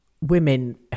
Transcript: women